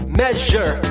measure